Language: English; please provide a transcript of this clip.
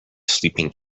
sleeping